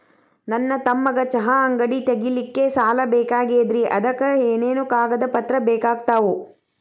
ನನ್ನ ತಮ್ಮಗ ಚಹಾ ಅಂಗಡಿ ತಗಿಲಿಕ್ಕೆ ಸಾಲ ಬೇಕಾಗೆದ್ರಿ ಅದಕ ಏನೇನು ಕಾಗದ ಪತ್ರ ಬೇಕಾಗ್ತವು?